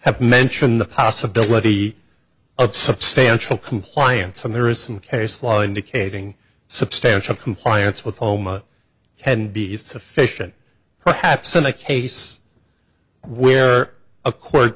have mentioned the possibility of substantial compliance and there is some case law indicating substantial compliance with oma and be sufficient perhaps in a case where a court